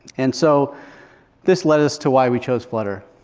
and so this led us to why we chose flutter.